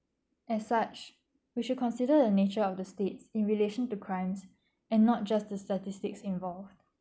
as such we should consider a nature of the states in relation to crimes and not just the statistics involved